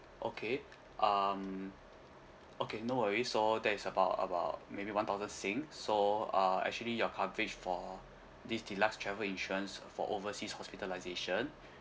okay um okay no worries so that is about about maybe one thousand sing so uh actually your coverage for this deluxe travel insurance for overseas hospitalisation